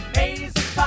Amazing